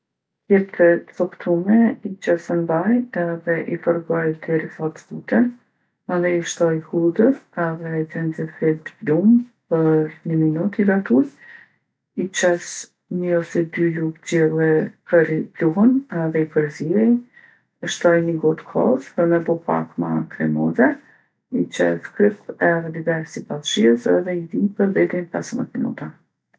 Keptë e coptume i qes n'vaj edhe i fërgoj derisa t'zbuten, mandej i shtoj hudër edhe xhenxhefil t'blum për ni minut i gatuj. I qes nji ose dy lugë gjelle kërri pluhin edhe i përziej, i shtoj ni gotë kos për me bo pak ma kremoze, i qes kryp edhe biber sipas shijes edhe i zij per dhet deri n'pesëmdhet minuta.